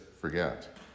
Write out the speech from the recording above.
forget